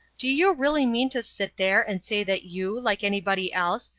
do you really mean to sit there and say that you, like anybody else,